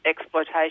exploitation